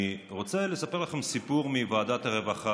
אני רוצה לספר לכם סיפור מוועדת הרווחה